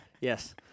Yes